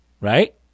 right